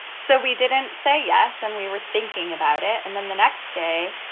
so we didn't say yes, and we were thinking about it. and then the next day,